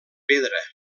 pedra